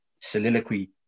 soliloquy